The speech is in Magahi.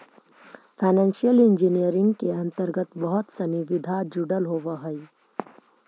फाइनेंशियल इंजीनियरिंग के अंतर्गत बहुत सनि विधा जुडल होवऽ हई